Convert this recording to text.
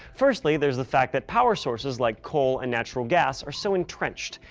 firstly, there's the fact that power sources like coal and natural gas are so entrenched.